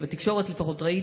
לפחות בתקשורת ראיתי,